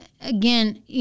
again